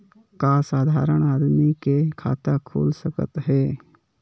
का साधारण आदमी के खाता खुल सकत हे?